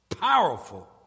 powerful